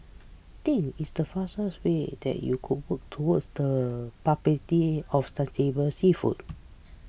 think it's the fastest way that you could work towards the publicity of sustainable seafood